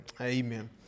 Amen